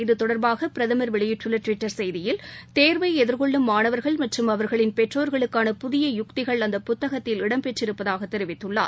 இத்தொடர்பாகபிரதமர் வெளியிட்டுள்ளடுவிட்டர் செய்தியில் தேர்வைஎதிர்கொள்ளும் மாணவர்கள் மற்றும் அவர்களின் பெற்றோர்களுக்கான புதிய யுக்திகள் அந்த புத்தகத்தில் இடம் பெற்றிருப்பதாகதெரிவித்துள்ளார்